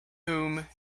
whom